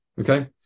Okay